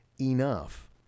enough